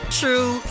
true